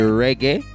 reggae